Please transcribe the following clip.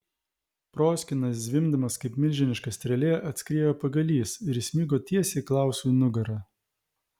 proskyna zvimbdamas kaip milžiniška strėlė atskriejo pagalys ir įsmigo tiesiai klausui į nugarą